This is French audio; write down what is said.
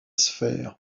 sphère